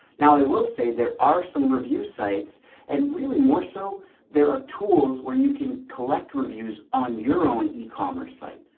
now, i will say there are some review sites and really more so there are tools where you can collect reviews on your own ecommerce site.